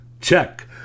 Check